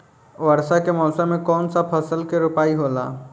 वर्षा के मौसम में कौन सा फसल के रोपाई होला?